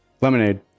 lemonade